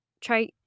try